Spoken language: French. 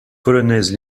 polonaise